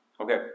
Okay